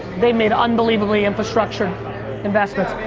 they made unbelievably infrastructure investments,